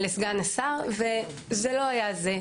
לסגן השר, אבל זה לא היה זה.